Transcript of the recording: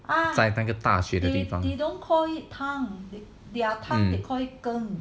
在大学的地方